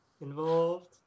involved